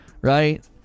right